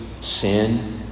sin